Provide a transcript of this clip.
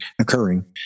occurring